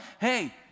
Hey